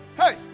Hey